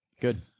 Good